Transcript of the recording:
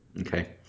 Okay